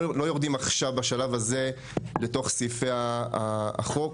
לא יורדים עכשיו בשלב הזה לתוך סעיפי החוק.